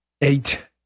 eight